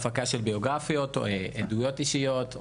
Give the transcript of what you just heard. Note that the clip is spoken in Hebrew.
הפקה של ביוגרפיות ועדויות אישיות,